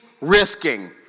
risking